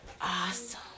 awesome